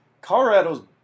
Colorado's